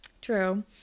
True